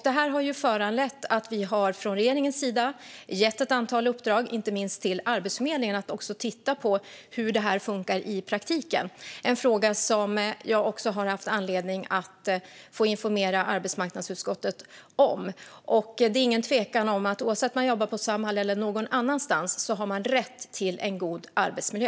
Detta har föranlett att vi från regeringens sida har gett ett antal uppdrag, bland annat till Arbetsförmedlingen, om att titta på hur det här funkar i praktiken. Det är en fråga som jag också har haft anledning att informera arbetsmarknadsutskottet om. Det är ingen tvekan om att man, oavsett om man jobbar på Samhall eller någon annanstans, har rätt till en god arbetsmiljö.